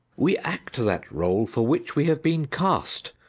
we act that role for which we have been cast,